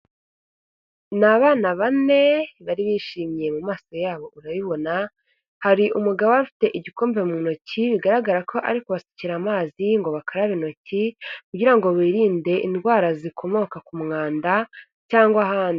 Ni abana bane, bari bishimye mu maso yabo urabibona, hari umugabo ufite igikombe mu ntoki, bigaragara ko ari kubasukira amazi ngo bakaraba intoki, kugira ngo birinde indwara zikomoka ku mwanda, cyangwa ahandi.